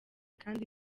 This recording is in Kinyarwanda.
kandi